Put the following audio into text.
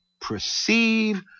perceive